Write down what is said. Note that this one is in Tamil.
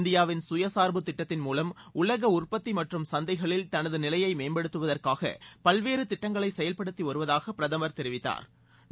இந்தியாவின் சுயசார்பு திட்டத்தின் மூலம் உலக உற்பத்தி மற்றும் சந்தைகளில் தனது நிலையை மேம்படுத்துவதற்காக பல்வேறு திட்டங்களை செயல்படுத்தி வருவதாக பிரதமர் தெரிவித்தாா்